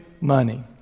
money